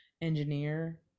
engineer